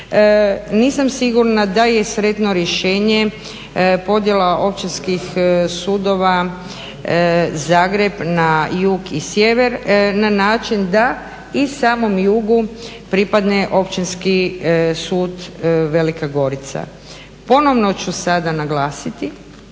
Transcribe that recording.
nisam sigurna da je sretno rješenje podjela općinskih sudova Zagreb na jug i sjever na način da i samom jugu pripadne Općinski sud Velika Gorica. Ponovno ću sada naglasiti